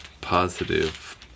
positive